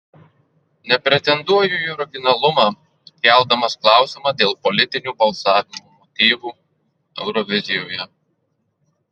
nepretenduoju į originalumą keldamas klausimą dėl politinių balsavimo motyvų eurovizijoje